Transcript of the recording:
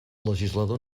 legislador